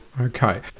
Okay